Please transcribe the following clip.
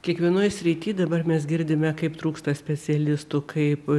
kiekvienoj srity dabar mes girdime kaip trūksta specialistų kaip